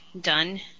done